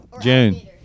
June